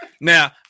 Now